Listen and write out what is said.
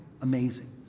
amazing